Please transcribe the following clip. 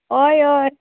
ऑय ऑय